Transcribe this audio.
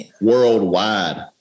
worldwide